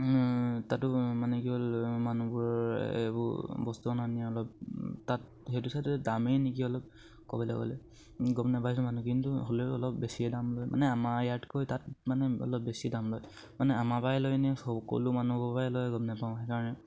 তাতো মানে কি হ'ল মানুহবোৰৰ এইবোৰ বস্তু দামেই নেকি অলপ ক'বলে গ'লে গম নাপায় মানুহ কিন্তু হ'লেও অলপ বেছিয়ে দাম লয় মানে আমাৰ ইয়াতকৈ তাত মানে অলপ বেছি দাম লয় মানে আমাৰ পাই লয়নে সকলো মানুহৰ পৰাই লয় গম নেপাওঁ সেইকাৰণে